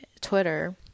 Twitter